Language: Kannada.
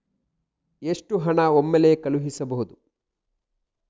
ಎಷ್ಟು ಹಣ ಒಮ್ಮೆಲೇ ಕಳುಹಿಸಬಹುದು?